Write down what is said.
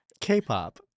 K-pop